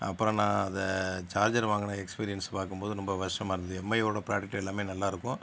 அப்புறம் நான் அதை சார்ஜர் வாங்கின எக்ஸ்பீரியன்ஸ் பார்க்கும்போது ரொம்ப இருந்தது எம்ஐயோடய ப்ராடக்ட் எல்லாமே நல்லாயிருக்கும்